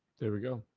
there we go,